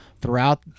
throughout